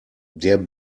der